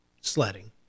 sledding